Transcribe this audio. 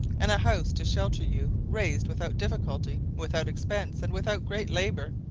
and a house to shelter you raised, without difficulty, without expense, and without great labour.